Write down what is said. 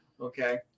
Okay